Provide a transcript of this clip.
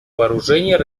вооружений